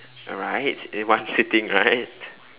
right in one sitting right